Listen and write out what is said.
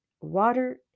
water